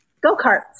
go-karts